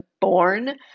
born